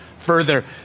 further